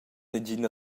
negina